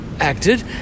acted